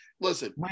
Listen